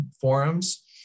forums